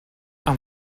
amb